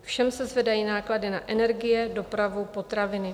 Všem se zvedají náklady na energie, dopravu, potraviny.